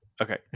Okay